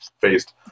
faced